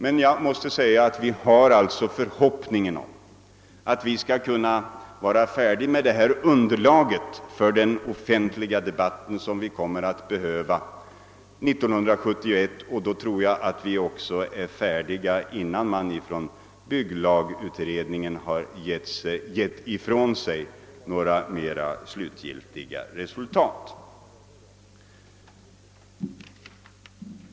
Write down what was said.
Vi hyser emellertid förhoppningen att vi 1971 skall kunna vara färdiga med det underlag för den offentliga debatten som vi kommer att behöva. Då tror jag att vi också blir färdiga innan bygglagutredningen hunnit lämna ifrån sig några mera slutgiltiga resultat.